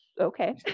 okay